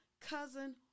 cousin